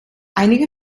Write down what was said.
einige